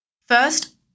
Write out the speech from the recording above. First